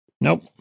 Nope